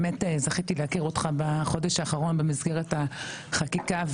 באמת זכיתי להכיר אותך בחודש האחרון במסגרת החקיקה.